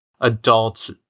adults